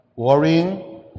worrying